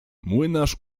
młynarz